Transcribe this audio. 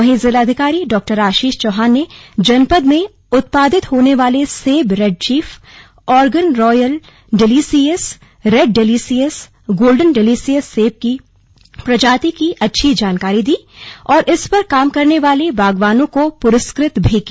वहीं जिलाधिकारी डा आशीष चौहान ने जनपद में उत्पादित होने वाले सेब red chief Oregon royal delicious red delicious golden delicious सेब की प्रजाति की अच्छी जानकारी दी और इस पर काम करने वाले बागवानों को पुरस्कृत भी किया